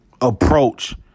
approach